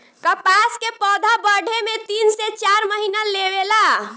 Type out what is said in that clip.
कपास के पौधा बढ़े में तीन से चार महीना लेवे ला